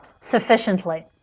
sufficiently